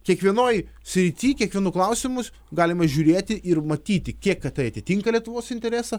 kiekvienoj srity kiekvienu klausimus galima žiūrėti ir matyti kiek tai atitinka lietuvos interesą